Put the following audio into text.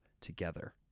together